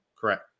Correct